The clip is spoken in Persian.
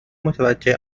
متوجه